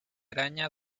araña